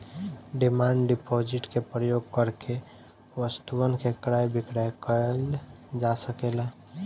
demand deposit के प्रयोग करके वस्तुअन के क्रय विक्रय कईल जा सकेला